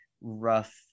rough